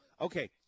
Okay